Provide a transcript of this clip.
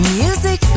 music